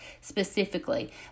specifically